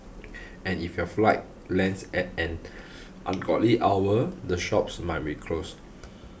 and if your flight lands at an ungodly hour the shops might be closed